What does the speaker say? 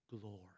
glory